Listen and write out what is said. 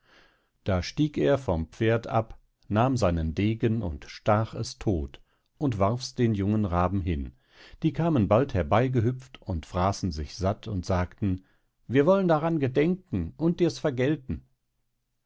da stieg er vom pferd ab nahm seinen degen und stach es todt und warfs den jungen raben hin die kamen bald herbeigehüpft und fraßen sich satt und sagten wir wollen daran gedenken und dirs vergelten